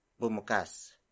Bumukas